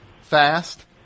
fast